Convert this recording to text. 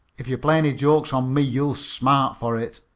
if you play any jokes on me you'll smart for it!